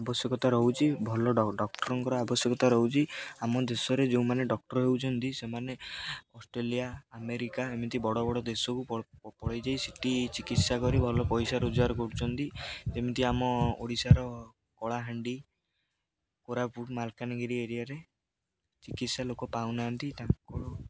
ଆବଶ୍ୟକତା ରହୁଛି ଭଲ ଡକ୍ଟରଙ୍କର ଆବଶ୍ୟକତା ରହୁଛି ଆମ ଦେଶରେ ଯେଉଁମାନେ ଡକ୍ଟର ହେଉଛନ୍ତି ସେମାନେ ଅଷ୍ଟ୍ରେଲିଆ ଆମେରିକା ଏମିତି ବଡ଼ ବଡ଼ ଦେଶକୁ ପଳେଇଯାଇ ସେଠି ଚିକିତ୍ସା କରି ଭଲ ପଇସା ରୋଜଗାର କରୁଛନ୍ତି ଯେମିତି ଆମ ଓଡ଼ିଶାର କଳାହାଣ୍ଡି କୋରାପୁଟ ମାଲକାନଗିରି ଏରିଆରେ ଚିକିତ୍ସା ଲୋକ ପାଉନାହାନ୍ତି ତାଙ୍କର